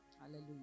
Hallelujah